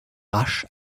rasch